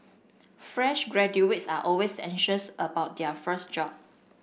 fresh graduates are always anxious about their first job